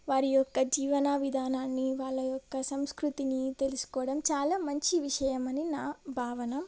వారి యొక్క జీవన విధానాన్ని వాళ్ళ యొక్క సంస్కృతిని తెలుసుకోవడం చాలా మంచి విషయం అని నా భావన